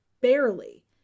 barely